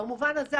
במובן הזה,